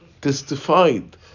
testified